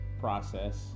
process